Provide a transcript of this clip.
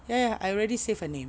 ya ya I already save her name